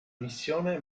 missione